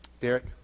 Derek